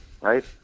Right